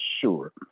sure